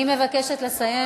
מהרהר, אני מבקשת לסיים.